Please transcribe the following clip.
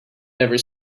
never